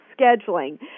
scheduling